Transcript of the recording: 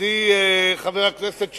ידידי חבר הכנסת שטרית,